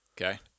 Okay